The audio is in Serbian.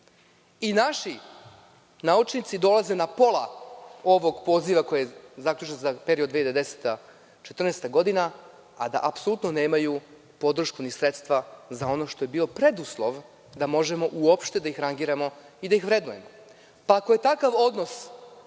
ništa. Naši naučnici dolaze na pola ovog poziva koji je zaključen za period 2010/2014. godine, a da apsolutno nemaju podršku ni sredstva za ono što je bio preduslov da možemo uopšte da ih rangiramo i da ih vrednujemo. Ako je takav odnos